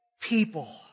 people